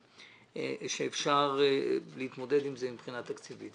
ואפשר להתמודד עם זה מבחינה תקציבית.